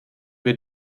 wir